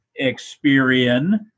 Experian